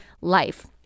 life